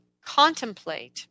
contemplate